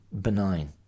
benign